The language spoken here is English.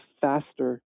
faster